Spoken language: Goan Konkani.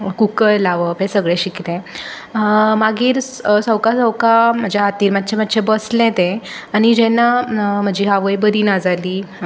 कुकर लावप हें सगळें शिकलें मागीर सोवका सोवका म्हाज्या हातीर मात्शें मात्शें बसलें तें आनी जेन्ना म्हजी आवय बरी ना जाली